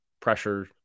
pressure